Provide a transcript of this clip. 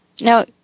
Now